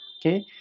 okay